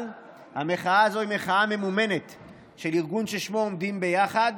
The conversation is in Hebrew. אבל המחאה הזו היא מחאה ממומנת של ארגון ששמו עומדים ביחד.